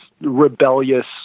rebellious